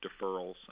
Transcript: deferrals